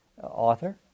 author